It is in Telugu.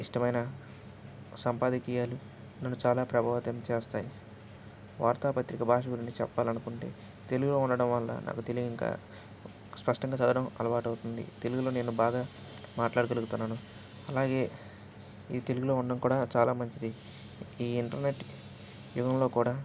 ఇష్టమైన సంపాదకీయాలు నన్ను చాలా ప్రభావితం చేస్తాయి వార్తాపత్రిక భాష గురుంచి చెప్పాలనుకుంటే తెలుగులో ఉండడం వల్ల నాకు తెలుగు ఇంకా స్పష్టంగా చదవటం అలవాటు అవుతుంది తెలుగులో నేను బాగా మాట్లాడగలుగుతున్నాను అలాగే ఇది తెలుగులో ఉండడం కూడా చాలా మంచిది ఈ ఇంటర్నెట్ యుగంలో కూడా